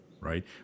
right